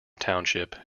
township